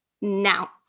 now